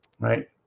right